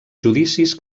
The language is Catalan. judicis